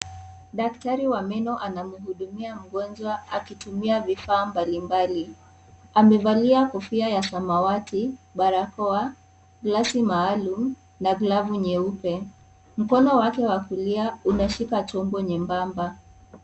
Daktari wa meno anamhudumia mgonjwa akitumia vifaa mbalimbali. Amevalia kofia ya samawati, barakoa, glasi maalum na glovu nyeupe. Mkono wake wa kulia, unashika chombo nyembamba.